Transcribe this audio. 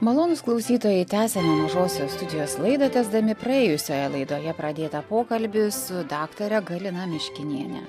malonūs klausytojai tęsiame mažosios studijos laidą tęsdami praėjusioje laidoje pradėtą pokalbį su daktare galina miškiniene